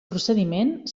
procediment